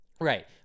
Right